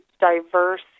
diverse